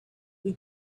who